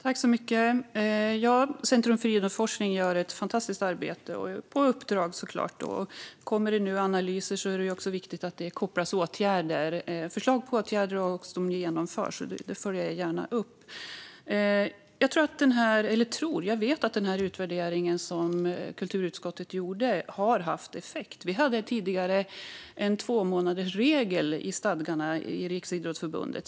Fru talman! Centrum för idrottsforskning gör ett fantastiskt arbete - på uppdrag såklart. Om det nu kommer analyser är det viktigt att det kopplas förslag till åtgärder som sedan vidtas. Det följer jag gärna upp. Jag vet att den utvärdering som kulturutskottet gjorde har haft effekt. Vi hade tidigare en tvåmånadersregel i stadgarna i Riksidrottsförbundet.